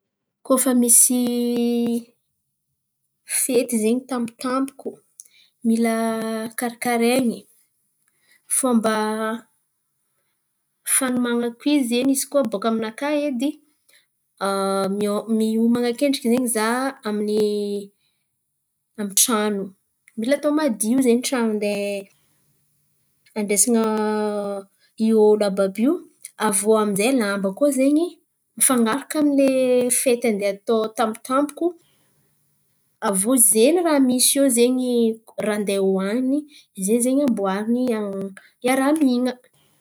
Koa fa misy fety zen̈y tampotampoko, mila karakarain̈y. Fômba fanoman̈ako izy zen̈y izy koa bòka aminakà edy miô- mioman̈a akendriky zen̈y za amin'ny amin'ny trano. Mila atao madio zen̈y trano handeha handraisan̈a i ôlo àby àby io. Aviô aminjay lamba koa zen̈y fan̈araka amy le fety handeha atao tampotampoko. Aviô zain̈y raha misy iô zen̈y raha handeha hoanin̈y ze zen̈y amboarin̈y iaraha-mihina.